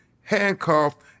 handcuffed